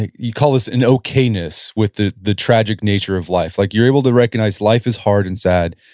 you call this an okay-ness with the the tragic nature of life. like you're able to recognize life is hard and sad,